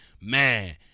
man